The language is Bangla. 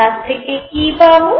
তার থেকে কি পাবো